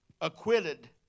acquitted